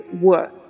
worth